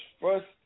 first